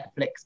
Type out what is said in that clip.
Netflix